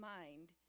mind